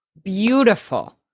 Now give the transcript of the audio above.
beautiful